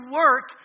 work